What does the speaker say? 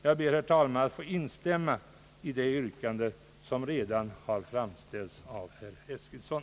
Jag ber, herr talman, att få instämma i de yrkanden som redan har framställts av herr Eskilsson.